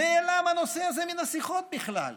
נעלם הנושא הזה מן השיחות בכלל.